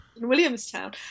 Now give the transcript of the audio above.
Williamstown